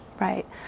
Right